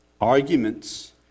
Arguments